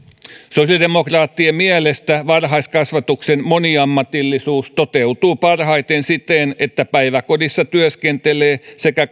sosiaalidemokraattien mielestä varhaiskasvatuksen moniammatillisuus toteutuu parhaiten siten että päiväkodissa työskentelee sekä